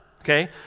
okay